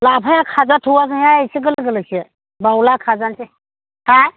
लाफाया खाजाथ'वाखैहाय एसे गोरलै गोरलैसो बावला खाजानोसै हा